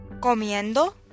comiendo